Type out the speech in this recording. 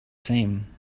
same